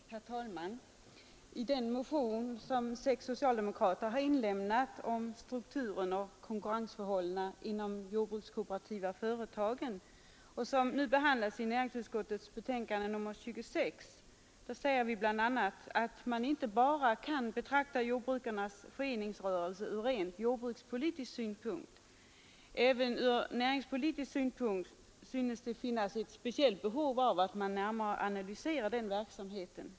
Herr talman! I den motion som sex socialdemokrater inlämnat om strukturen och konkurrensförhållandena inom de jordbrukskooperativa företagen och som behandlas i näringsutskottets betänkande nr 26 säges bl.a. att man inte bara kan betrakta jordbrukarnas föreningsrörelse ur rent jordbrukspolitisk synpunkt. Även ur näringspolitisk synpunkt synes det finnas ett speciellt behov av att närmare analysera verksamheten.